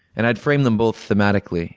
and i'd frame them both thematically